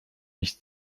mich